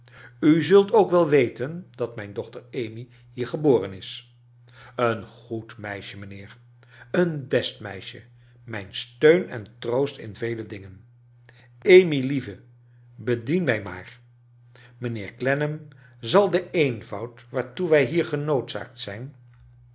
u zult ook wel weten dat mijn dochter amy hier geboren is een goed meisje mijnheer een best meisje mijn steun en troost in vele dingen amy lieve bedien mij maar mijnheer clennam zal den eenvoud waartoe wij hier genoodzaakt zijn